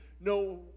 no